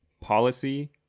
Policy